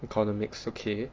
economics okay